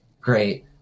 great